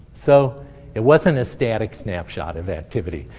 so it wasn't a static snapshot of activity.